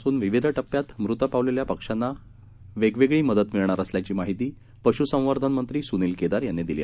असूनविविध स्यांत मुत पावलेल्यापक्ष्यांनावेगवेगळीमदतमिळणारअसल्याचीमाहितीपशुसंवर्धनमंत्रीसुनीलकेदारयांनीदिली